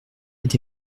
été